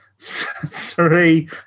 Three